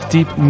Deep